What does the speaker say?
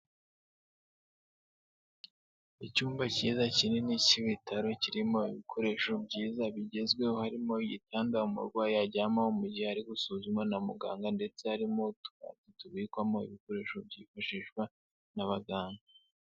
Icyumba kiza, kinini cy'ibitaro, kirimo ibikoresho byiza bigezweho, harimo igitanda umurwayi aryamaho mu gihe ari gusuzumwa na muganga ndetse harimo tubikwamo ibikoresho byifashishwa n'abaganga.